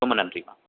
ரொம்ப நன்றிம்மா